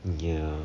ya